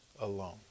alone